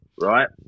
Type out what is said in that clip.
right